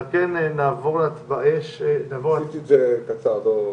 נעבור להצבעות